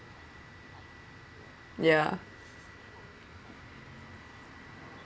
ya